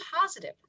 positive